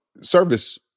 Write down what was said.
service